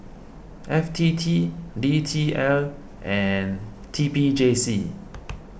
F T T D T L and T P J C